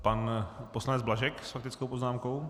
Pan poslanec Blažek s faktickou poznámkou.